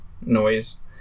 noise